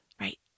right